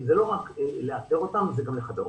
כי זה לא רק לאתר אותם, זה גם לחבר אותם.